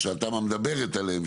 או שהתמ"א מדברת עליהם,